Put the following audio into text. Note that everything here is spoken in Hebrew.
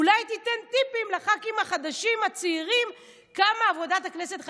אולי תיתן טיפים לח"כים החדשים הצעירים כמה עבודת הכנסת חשובה.